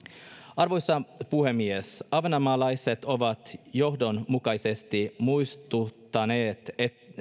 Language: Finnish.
arvoisa puhemies ahvenanmaalaiset ovat johdonmukaisesti muistuttaneet